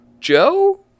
Joe